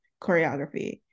choreography